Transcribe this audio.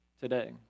today